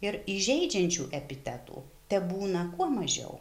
ir įžeidžiančių epitetų tebūna kuo mažiau